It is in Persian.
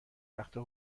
وقتا